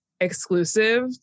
exclusive